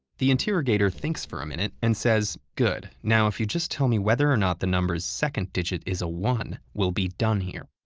the interrogator thinks for a minute and says, good. now if you just tell me whether or not the number's second digit is a one, we'll be done here.